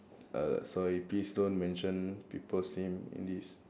err sorry please don't mention people's name in this